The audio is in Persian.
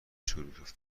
چروک